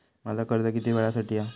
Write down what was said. माझा कर्ज किती वेळासाठी हा?